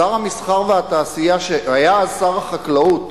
שר המסחר והתעשייה, שהיה אז שר החקלאות,